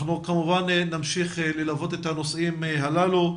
אנחנו נמשיך ללוות את הנושאים הללו,